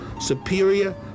Superior